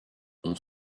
ont